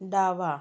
डावा